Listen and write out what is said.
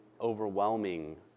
overwhelming